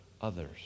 others